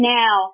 now